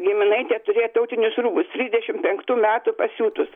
giminaitė turėjo tautinius rūbus trisdešim penktų metų pasiūtus